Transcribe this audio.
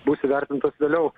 bus įvertintos vėliau